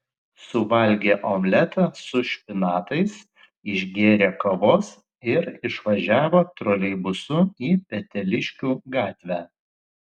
suvalgė omletą su špinatais išgėrė kavos ir išvažiavo troleibusu į peteliškių gatvę